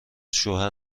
شوهر